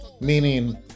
Meaning